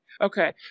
Okay